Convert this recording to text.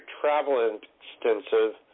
travel-intensive